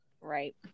Right